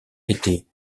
était